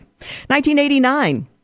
1989